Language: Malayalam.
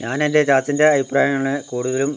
ഞാനെൻ്റെ ചാച്ചൻ്റെ അഭിപ്രായം ആണ് കൂടുതലും